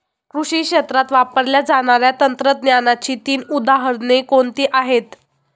कृषी क्षेत्रात वापरल्या जाणाऱ्या तंत्रज्ञानाची तीन उदाहरणे कोणती आहेत?